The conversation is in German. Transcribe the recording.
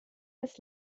des